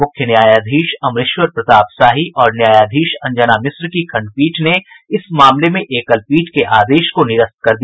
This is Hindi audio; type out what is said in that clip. मुख्य न्यायाधीश अमरेश्वर प्रसाद शाही और न्यायाधीश अंजना मिश्र की खंडपीठ ने इस मामले में एकलपीठ के आदेश को निरस्त कर दिया